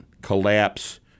collapse